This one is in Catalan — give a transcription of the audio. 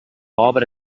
obra